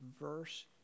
verse